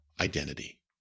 identity